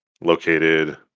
located